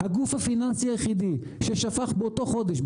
הגוף הפיננסי היחידי ששפך באותו חודש,